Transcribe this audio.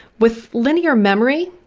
with linear memory,